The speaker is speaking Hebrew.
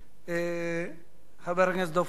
חבר הכנסת דב חנין,